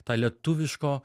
tą lietuviško